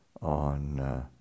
on